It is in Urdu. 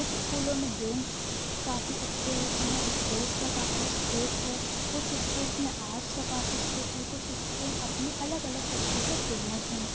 کچھ اسکولوں میں گیمس کافی اچھے ہوتے ہیں اسپورٹس کا کافی اسکوپ ہے کچھ اسکولس میں آرٹس کا کافی اسکوپ ہے کچھ اسکولس اپنے الگ الگ طریقے سے فیمس ہیں